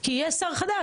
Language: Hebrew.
כי יש שר חדש.